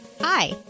Hi